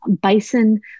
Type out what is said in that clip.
bison